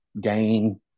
gain